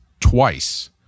twice